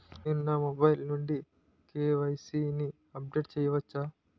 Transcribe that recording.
నేను నా మొబైల్ నుండి కే.వై.సీ ని అప్డేట్ చేయవచ్చా?